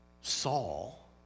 Saul